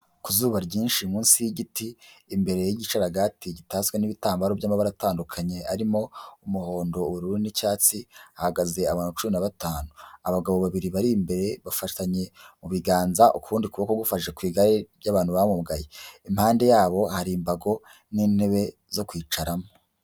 Ku zuba ryinshi munsi y'igiti imbere y' igicaragati gitaswe n'ibitambaro by'amabara atandukanye harimo umuhondo ubururu n' icyatsi ahagaze abantu cumi na batanu, abagabo babiri bari imbere bafatanye mu biganza, ukundi kuboko gufashe ku igare ry'abantu bamugaye impande yabo hari imbago n'intebe zo kwicaramo.